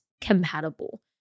compatible